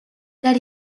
that